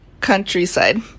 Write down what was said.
countryside